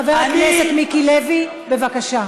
חבר הכנסת מיקי לוי, בבקשה.